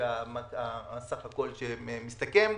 בכמה זה מסתכם.